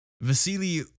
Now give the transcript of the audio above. Vasily